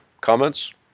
comments